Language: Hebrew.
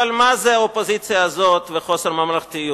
אבל מה זה האופוזיציה הזאת וחוסר ממלכתיות?